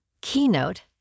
Keynote